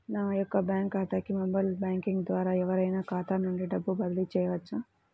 నా యొక్క బ్యాంక్ ఖాతాకి మొబైల్ బ్యాంకింగ్ ద్వారా ఎవరైనా ఖాతా నుండి డబ్బు బదిలీ చేయవచ్చా?